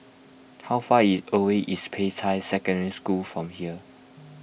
how far away is Peicai Secondary School from here